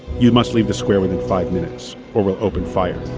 you must leave the square within five minutes or we'll open fire.